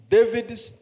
David's